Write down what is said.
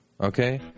okay